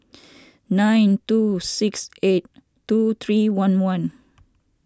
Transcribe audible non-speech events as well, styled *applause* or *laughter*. *noise* nine two six eight two three one one